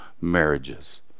marriages